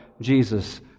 Jesus